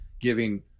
giving